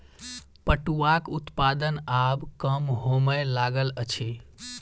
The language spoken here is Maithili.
पटुआक उत्पादन आब कम होमय लागल अछि